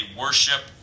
worship